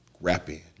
rapping